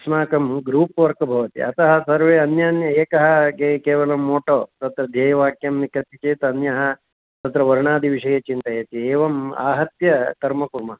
अस्माकं group work भवति अतः सर्वे अन्यान्यः एकः के केवलं मोटो तत्र ध्येयवाक्यं लिखति चेत् अन्यः तत्र वर्णादिविषये चिन्तयति एवम् आहत्य कर्म कुर्मः